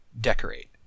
decorate